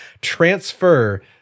transfer